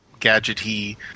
gadgety